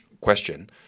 question